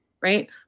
right